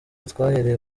twahereye